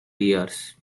years